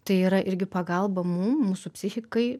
tai yra irgi pagalba mum mūsų psichikai